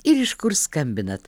ir iš kur skambinat